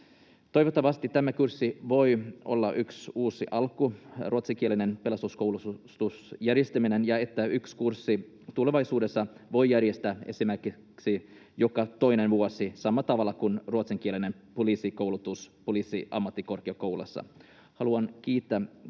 Toivottavasti tämä kurssi voi olla yksi uusi alku ruotsinkielisen pelastuskoulutuksen järjestämisessä ja yhden kurssin tulevaisuudessa voi järjestää esimerkiksi joka toinen vuosi samalla tavalla kuin ruotsinkielisessä poliisikoulutuksessa Poliisiammattikorkeakoulussa. Haluan kiittää koko